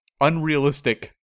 unrealistic